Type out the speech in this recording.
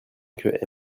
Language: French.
que